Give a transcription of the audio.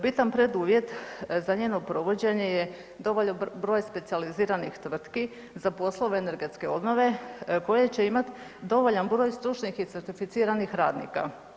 Bitan preduvjet za njeno provođenje je dovoljan broj specijaliziranih tvrtki za poslove energetske obnove koje će imati dovoljan broj stručnih i certificiranih radnika.